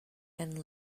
and